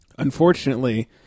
Unfortunately